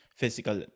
physical